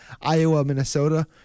Iowa-Minnesota